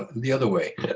the other way.